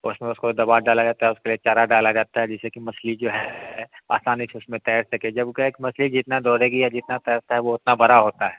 और उसमें उसको दवा डाला जाता है उसके लिए चारा डाला जाता है जिससे कि मछली जो है आसानी से उसमें तैर सके जब वो क्या है कि मछली जितना दौड़ेगी जितना तैरता है वो उतना बड़ा होता है